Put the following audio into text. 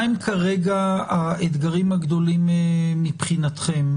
מהם כרגע האתגרים הגדולים מבחינתכם?